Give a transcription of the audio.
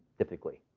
typically.